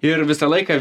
ir visą laiką